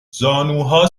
زانوها